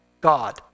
God